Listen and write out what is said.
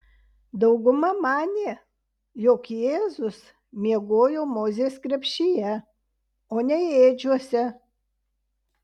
dauguma manė jog jėzus miegojo mozės krepšyje o ne ėdžiose